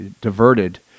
diverted